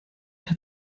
hat